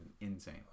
insane